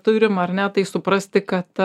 turim ar ne tai suprasti kad